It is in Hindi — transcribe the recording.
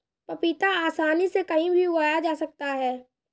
पपीता आसानी से कहीं भी उगाया जा सकता है